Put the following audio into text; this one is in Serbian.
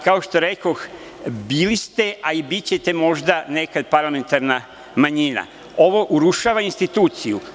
Kao što rekoh, bili ste, a i bićete možda nekad parlamentarna manjina, ovo urušava instituciju.